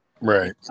Right